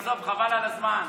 עזוב, חבל על הזמן.